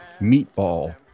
meatball